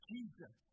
Jesus